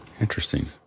Interesting